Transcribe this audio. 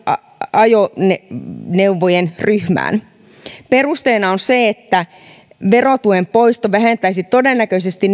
ajoneuvojen ajoneuvojen ryhmään perusteena on se että verotuen poisto vähentäisi todennäköisesti